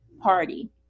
party